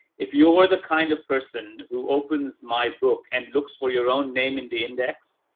if you're the kind of person who opens my book and looks for your own name, and the index,